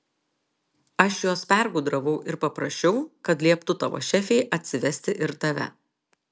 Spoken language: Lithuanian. aš juos pergudravau ir paprašiau kad lieptų tavo šefei atsivesti ir tave